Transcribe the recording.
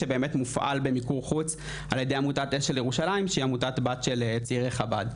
שבאמת מופעל על ידי עמותת אשל ירושלים שהיא עמותת בת של צעירי חב"ד.